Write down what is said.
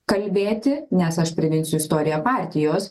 kalbėti nes aš priminsiu istoriją partijos